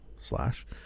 slash